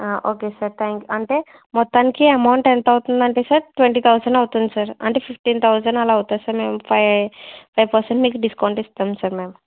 okay sir thank అంటే మొత్తానికి amount ఎంత అవుతుంది అంటే సార్ ట్వంటీ థౌసండ్ అవుతుంది సార్ అంటే ఫిఫ్టీన్ థౌసండ్ అలా అవుతుంది సార్ మేము ఫైవ్ ఫైవ్ పెర్సెంట్ మీకు డిస్కౌంట్ ఇస్తాము సర్ మేము